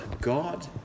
God